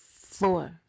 Four